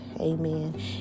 amen